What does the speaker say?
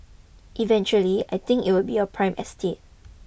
eventually I think it will be prime estate